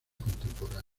contemporánea